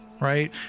Right